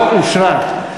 לא אושרה.